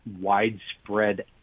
widespread